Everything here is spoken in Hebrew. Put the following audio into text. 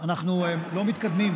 אנחנו לא מתקדמים,